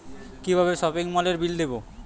কিভাবে সপিং মলের বিল দেবো?